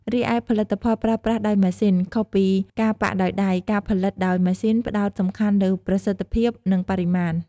រីឯ ផលិតផលប្រើប្រាស់ដោយម៉ាស៊ីន ខុសពីការប៉ាក់ដោយដៃ ការផលិតដោយម៉ាស៊ីនផ្តោតសំខាន់លើ ប្រសិទ្ធភាព និង បរិមាណ។